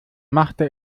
machte